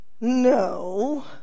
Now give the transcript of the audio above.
no